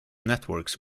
networks